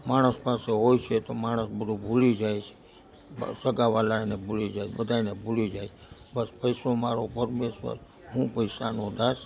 માણસ પાસે હોય છે તો માણસ બધું ભૂલી જાય છે સગાવહાલાને ભૂલી જાય બધાંને ભૂલી જાય બસ પૈસો મારો પરમેશ્વર હું પૈસાનો દાસ